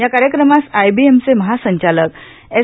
या कार्यक्रमास आईबीएमचे महासंचालक एस